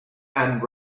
and